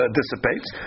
dissipates